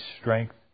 strength